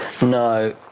No